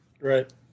right